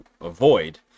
avoid